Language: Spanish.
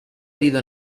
herido